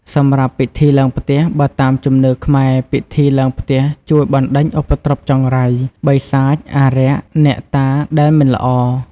សម្រាប់ពិធីឡើងផ្ទះ បើតាមជំនឿខ្មែរ ពិធីឡើងផ្ទះជួយបណ្ដេញឧបទ្រពចង្រៃ បិសាច អារក្ស អ្នកតាដែលមិនល្អ ។